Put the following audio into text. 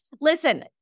Listen